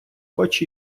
хоч